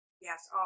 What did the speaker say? Yes